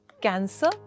Cancer